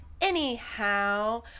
Anyhow